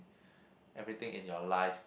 everything in your life